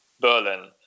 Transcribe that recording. Berlin